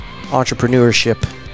entrepreneurship